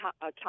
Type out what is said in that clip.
time